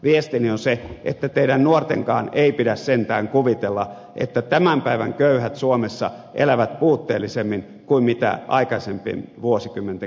viestini on se että teidän nuortenkaan ei pidä sentään kuvitella että tämän päivän köyhät suomessa elävät puutteellisemmin kuin mitä aikaisempien vuosikymmenten köyhät elivät